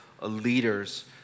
leaders